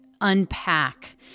unpack